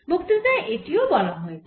বক্তৃতায় এটিও বলা হয়েছিল